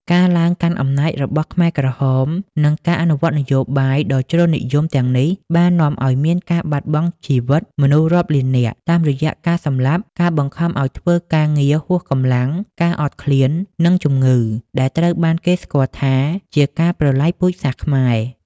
ការឡើងកាន់អំណាចរបស់ខ្មែរក្រហម និងការអនុវត្តនយោបាយដ៏ជ្រុលនិយមទាំងនេះបាននាំឱ្យមានការបាត់បង់ជីវិតមនុស្សរាប់លាននាក់ តាមរយៈការសម្លាប់ ការបង្ខំឱ្យធ្វើការងារហួសកម្លាំង ការអត់ឃ្លាន និងជំងឺ ដែលត្រូវបានគេស្គាល់ថាជាការប្រល័យពូជសាសន៍ខ្មែរ។